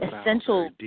essential